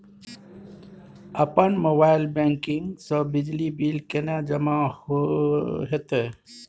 अपन mobile banking से बिजली बिल केने जमा हेते?